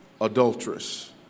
adulteress